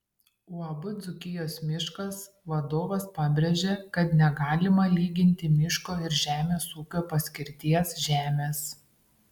uab dzūkijos miškas vadovas pabrėžė kad negalima lyginti miško ir žemės ūkio paskirties žemės